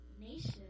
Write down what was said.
nation